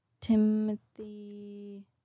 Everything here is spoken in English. Timothy